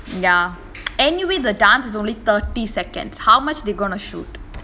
ya anyway the dance is only thirty seconds how much they going to shoot